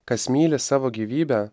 kas myli savo gyvybę